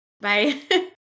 Bye